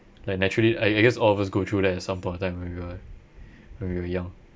like naturally I I guess all of us go through that at some point of time when we were when we were young